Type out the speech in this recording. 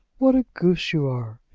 what a goose you are.